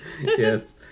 yes